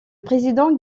président